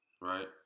right